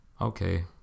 okay